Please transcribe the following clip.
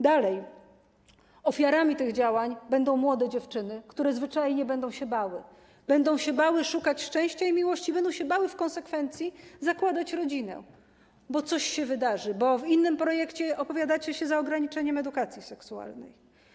Dalej: ofiarami tych działań będą młode dziewczyny, które zwyczajnie będą się bały, będą się bały szukać szczęścia i miłości, będą się bały w konsekwencji zakładać rodzinę, bo coś się wydarzy, bo w innym projekcie opowiadacie się za ograniczeniem edukacji seksualnej.